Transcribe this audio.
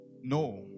No